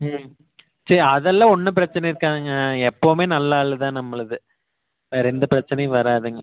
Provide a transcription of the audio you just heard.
ம் சரி அதெல்லாம் ஒன்றும் பிரச்னை இருக்காதுங்க எப்பவும் நல்ல ஆளு தான் நம்மளுது வேறே எந்த பிரச்சனையும் வராதுங்க